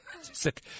Sick